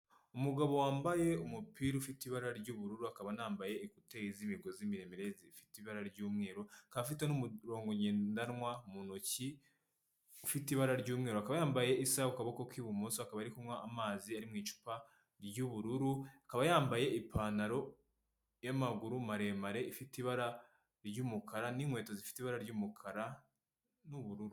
Umugabo wambaye umupira ufite ibara ry'ubururu akaba anambaye ekuteri z'imigozi miremire zifite ibara ry'umweru, akaba afite n'umurongo ngendanwa mu ntoki ufite ibara ry'umweru, akaba yambaye isaha iri ku kuboko kw'ibumoso akaba ari kunywa amazi ari mu icupa ry'ubururu akaba yambaye ipantaro y'amaguru maremare ifite ibara ry'umukara n'inkweto zifite ibara ry'umukara n'ubururu.